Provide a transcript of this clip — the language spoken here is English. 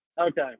okay